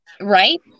Right